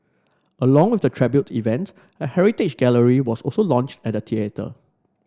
along with the tribute event a heritage gallery was also launched at the theatre